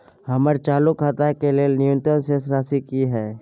हमर चालू खाता के लेल न्यूनतम शेष राशि की हय?